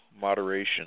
moderation